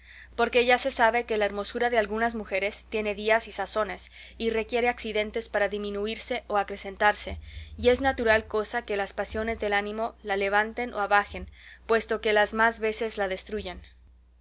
porque ya se sabe que la hermosura de algunas mujeres tiene días y sazones y requiere accidentes para diminuirse o acrecentarse y es natural cosa que las pasiones del ánimo la levanten o abajen puesto que las más veces la destruyen